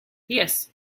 yes